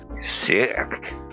sick